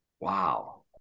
wow